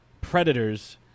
predators